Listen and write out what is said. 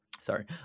sorry